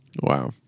Wow